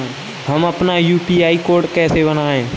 हम अपना UPI code कैसे बनाएँ?